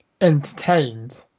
entertained